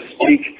speak